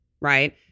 right